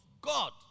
God